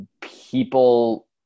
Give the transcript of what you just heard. people